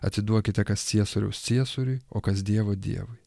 atiduokite kas ciesoriaus ciesoriui o kas dievo dievui